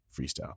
freestyle